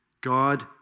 God